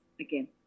again